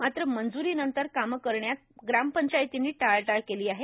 मात्र मंजूरीनंतर कामं करण्यात ग्रामपंचायतींनी टाळाटाळ केली आहे